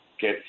get